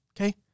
okay